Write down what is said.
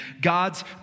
God's